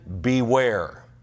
beware